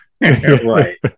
Right